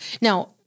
Now